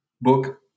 book